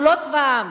אנחנו לא צבא העם.